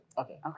Okay